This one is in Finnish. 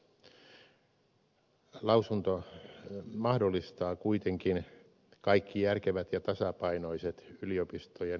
lausunto mahdollistaa kuitenkin kaikki järkevät ja tasapainoiset yliopistojen hallituskokoonpanot